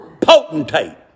potentate